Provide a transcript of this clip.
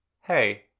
Hey